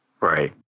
Right